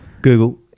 Google